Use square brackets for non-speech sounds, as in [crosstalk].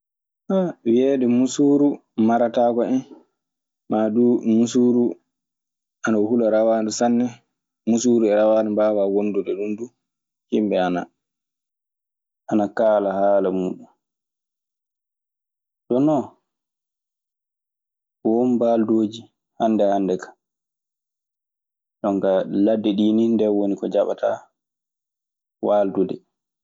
[hesitation] wiyeede musuuru marataako en, ma duu musuuru ana hula rawaandu sanne. Musuuru e rawaandu mbaawaa wondude ɗum yimɓe ana mbiya, ana kaala haala muuɗun. Joni non won mbaaldooji hannde hannde ka. jonkaa ladde ɗii ni nden woni ko jaɓataa waaldude.